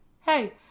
hey